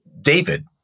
David